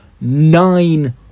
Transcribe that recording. nine